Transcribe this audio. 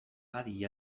adi